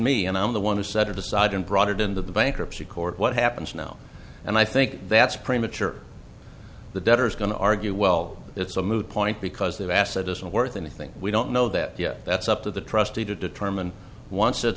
me and i'm the one who set it aside and brought it into the bankruptcy court what happens now and i think that's premature the debtor is going to argue well it's a moot point because that asset isn't worth anything we don't know that yet that's up to the trustee to determine